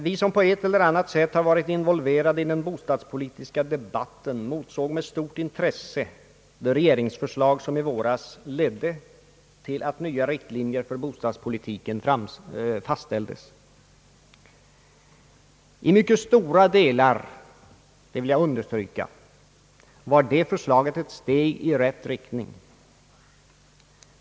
Vi som på ett eller annat sätt har varit involverade i den bostadspolitiska debatten motsåg med stort intresse det regeringsförslag som i våras ledde till att nya riktlinjer för bostadspolitiken fastställdes. I mycket stora delar — det vill jag understryka — var detta förslag ett steg i rätt riktning.